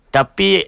Tapi